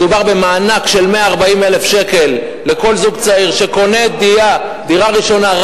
מדובר במענק של 140,000 שקל לכל זוג צעיר שקונה דירה ראשונה,